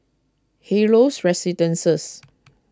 Helios Residences